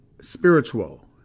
spiritual